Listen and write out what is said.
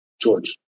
George